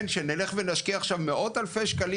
שנלך ונשקיע עכשיו מאות אלפי שקלים